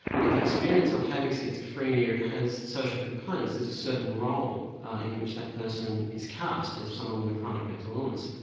but the experience of having schizophrenia has social components, there's a certain role in which that person is cast as someone with a chronic mental illness.